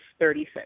36